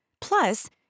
Plus